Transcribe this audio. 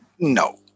No